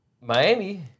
Miami